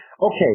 Okay